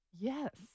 Yes